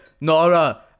Nora